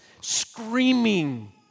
screaming